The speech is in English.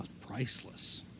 priceless